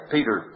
Peter